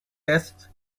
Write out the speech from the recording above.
tests